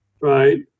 right